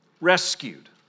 rescued